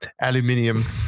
Aluminium